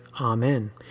Amen